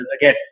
again